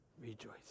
rejoice